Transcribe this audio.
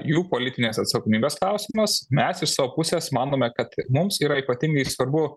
jų politinės atsakomybės klausimas mes iš savo pusės manome kad mums yra ypatingai svarbu